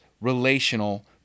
relational